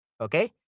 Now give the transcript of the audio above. okay